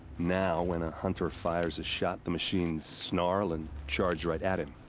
now, when a hunter fires a shot, the machines. snarl and. charge right at him.